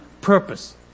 purpose